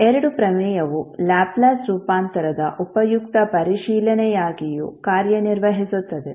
ಈ ಎರಡು ಪ್ರಮೇಯವು ಲ್ಯಾಪ್ಲೇಸ್ ರೂಪಾಂತರದ ಉಪಯುಕ್ತ ಪರಿಶೀಲನೆಯಾಗಿಯೂ ಕಾರ್ಯನಿರ್ವಹಿಸುತ್ತದೆ